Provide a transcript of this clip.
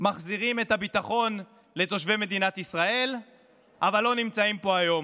מחזירים את הביטחון לאזרחי ישראל אבל לא נמצאים פה היום.